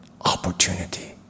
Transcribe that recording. opportunity